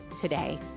today